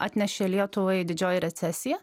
atnešė lietuvai didžioji recesija